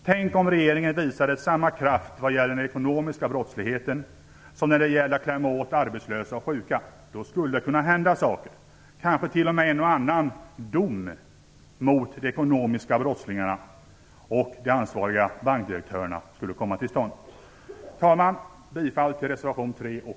Tänk om regeringen visade samma kraft vad gäller den ekonomiska brottsligheten som när det gäller att klämma åt arbetslösa och sjuka. Då skulle det hända saker. En och annan dom mot ekobrottslingarna och de ansvariga bankdirektörerna skulle kanske t.o.m. komma till stånd. Herr talman! Jag yrkar bifall till reservation 3 och